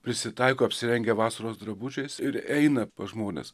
prisitaiko apsirengia vasaros drabužiais ir eina pas žmones